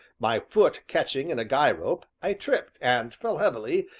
my foot catching in a guy-rope, i tripped, and fell heavily,